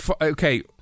Okay